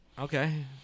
Okay